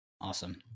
awesome